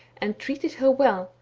and treated her well,